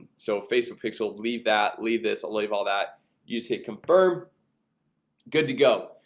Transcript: so facebook pics will leave that leave this. i'll leave all that use hit confirm good to go.